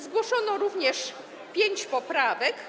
Zgłoszono również pięć poprawek.